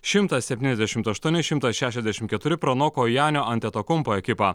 šimtas septyniasdešimt aštuoni šimtas šešiasdešimt keturi pranoko janio anteto kompo ekipą